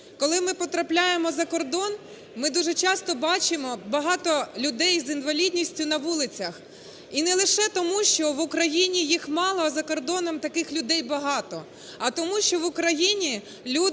Коли ми потрапляємо за кордон, ми дуже часто бачимо багато людей з інвалідністю на вулицях. І не лише тому, що в Україні їх мало, а за кордоном таких людей багато, а тому що в Україні люди